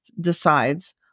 decides